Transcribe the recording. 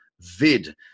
Vid